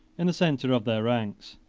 in the centre of their ranks,